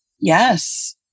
Yes